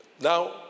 Now